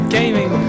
Gaming